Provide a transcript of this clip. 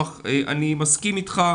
אני מסכים איתך,